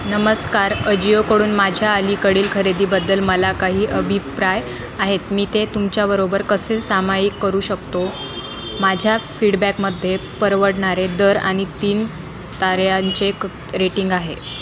नमस्कार अजिओकडून माझ्या अलीकडील खरेदीबद्दल मला काही अभिप्राय आहेत मी ते तुमच्याबरोबर कसे सामायिक करू शकतो माझ्या फीडबॅकमध्ये परवडणारे दर आणि तीन ताऱ्यांंचे क रेटिंग आहे